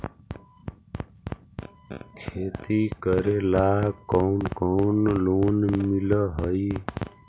खेती करेला कौन कौन लोन मिल हइ?